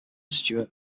stuart